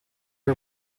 che